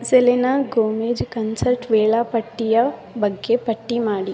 Selena Gomez concert ವೇಳಾಪಟ್ಟಿಯ ಬಗ್ಗೆ ಪಟ್ಟಿ ಮಾಡಿ